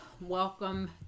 welcome